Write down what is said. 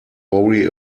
worry